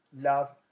love